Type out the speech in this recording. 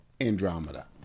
Andromeda